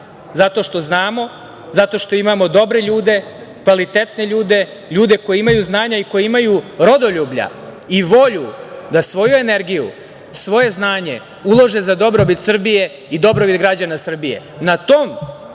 Zato što znamo i imamo dobre ljude i kvalitetne ljude, ljude koji imaju znanja i imaju rodoljublja, da svoju energiju i svoje znanje, ulože za dobrobit Srbije i dobrobit građana Srbije. Na